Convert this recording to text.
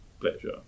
pleasure